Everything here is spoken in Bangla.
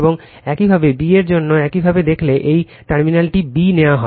এবং একইভাবে b এর জন্য একইভাবে দেখলে এই টার্মিনালটি b নেওয়া হয়